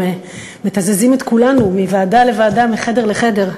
הם מתזזים את כולנו מוועדה לוועדה, מחדר לחדר.